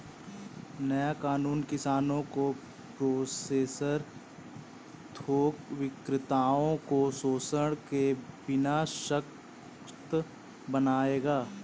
नया कानून किसानों को प्रोसेसर थोक विक्रेताओं को शोषण के बिना सशक्त बनाएगा